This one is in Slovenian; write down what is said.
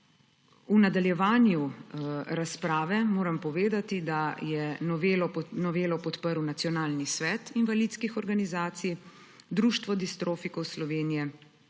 V nadaljevanju razprave je novelo podprl Nacionalni svet invalidskih organizacij, Društvo distrofikov Slovenije,